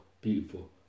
beautiful